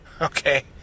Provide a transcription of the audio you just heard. Okay